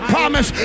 promise